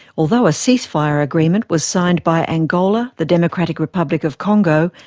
although a ceasefire agreement was signed by angola, the democratic republic of congo,